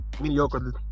mediocre